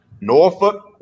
Norfolk